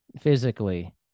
physically